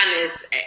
honest